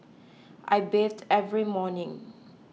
I bathe every morning